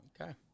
okay